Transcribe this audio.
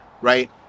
right